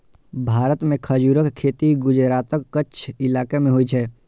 भारत मे खजूरक खेती गुजरातक कच्छ इलाका मे होइ छै